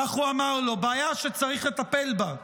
כך הוא אמר לו: בעיה שצריך לטפל בה.